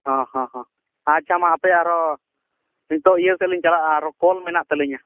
ᱦᱮᱸ ᱦᱮᱸ ᱦᱮᱸ ᱟᱪᱪᱷᱟ ᱢᱟ ᱦᱟᱯᱮ ᱟᱨᱦᱚᱸ ᱱᱤᱛᱚᱜ ᱤᱭᱟᱹᱥᱮᱫᱞᱤᱧ ᱪᱟᱞᱟᱜᱼᱟ ᱟᱨᱦᱚᱸ ᱠᱚᱞ ᱢᱮᱱᱟᱜ ᱛᱟᱹᱞᱤᱧᱟ